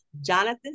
Jonathan